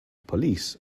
police